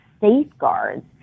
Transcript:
safeguards